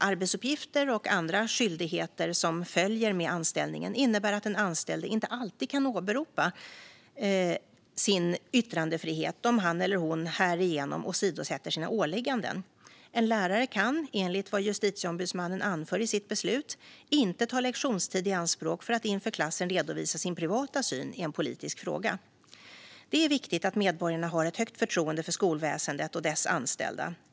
Arbetsuppgifter och andra skyldigheter som följer med anställningen innebär att den anställde inte alltid kan åberopa sin yttrandefrihet om han eller hon härigenom åsidosätter sina åligganden. En lärare kan, enligt vad Justitieombudsmannen anför i sitt beslut, inte ta lektionstid i anspråk för att inför klassen redovisa sin privata syn i en politisk fråga. Det är viktigt att medborgarna har ett högt förtroende för skolväsendet och dess anställda.